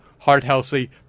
heart-healthy